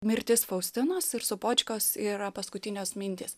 mirtis faustinos ir sopočkos yra paskutinios mintys